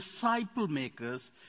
disciple-makers